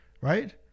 Right